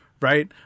right